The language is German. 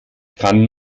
kann